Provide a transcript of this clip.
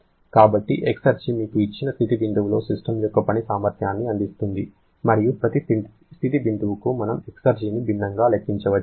కాబట్టి ఎక్సర్జీ మీకు ఇచ్చిన స్థితి బిందువులో సిస్టమ్ యొక్క పని సామర్థ్యాన్ని అందిస్తుంది మరియు ప్రతి స్థితి బిందువుకి మనం ఎక్సర్జీని భిన్నంగా లెక్కించవచ్చు